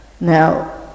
Now